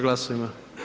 Glasujmo.